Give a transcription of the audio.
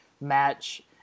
match